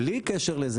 בלי קשר לזה,